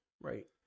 right